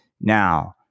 Now